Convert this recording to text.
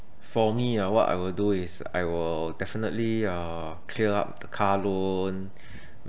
for me ah what I will do is I will definitely uh clear up the car loan